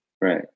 Right